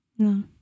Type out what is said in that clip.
No